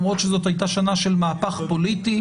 למרות שזאת הייתה שנה של מהפך פוליטי,